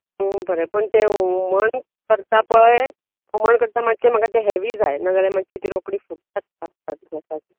पूण तें हुमण करता पळय हुमण करतना तें मात्शें म्हाका हॅवी जाय नाजाल्यार ती मात्शी रोकडी फुडटात